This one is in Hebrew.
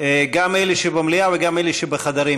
גם אלה שבמליאה וגם אלה שבחדרים,